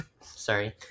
sorry